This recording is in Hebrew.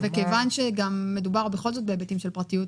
מכיוון שמדובר בכל זאת בהיבטים של פרטיות,